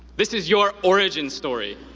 this is your origin story.